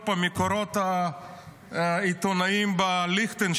עוד פעם, לפי מקורות העיתונאים בליכטנשטיין,